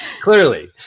clearly